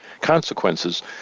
consequences